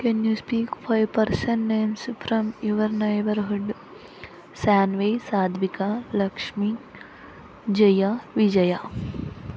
can you speak five person names from your neighbourhood Shanvi Sadhvika Lakshmi Jaya Vijaya